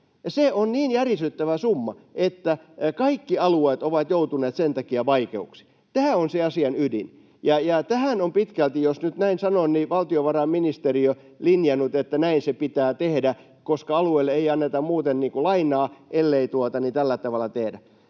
se on niin järisyttävä summa, että kaikki alueet ovat joutuneet sen takia vaikeuksiin. Tämähän on se asian ydin, ja tämän on pitkälti, jos nyt näin sanon, valtiovarainministeriö linjannut, että näin se pitää tehdä, koska alueille ei anneta muuten lainaa, ellei tällä tavalla tehdä.